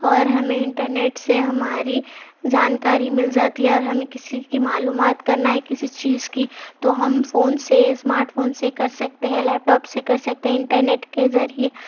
اور ہمیں انٹرنیٹ سے ہماری جانکاری مل جاتی ہے اور ہمیں کسی کی معلومات کرنا ہے کسی چیز کی تو ہم فون سے اسمارٹ فون سے کر سکتے ہیں لیپ ٹاپ سے کر سکتے ہیں انٹرنیٹ کے ذریعے